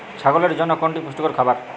ছাগলের জন্য কোনটি পুষ্টিকর খাবার?